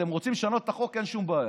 אתם רוצים לשנות את החוק, אין שום בעיה,